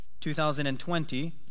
2020